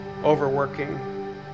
overworking